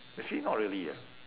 actually not really ah